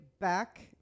back